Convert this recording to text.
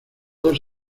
dos